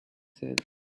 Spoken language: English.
said